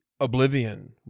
Oblivion